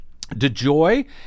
DeJoy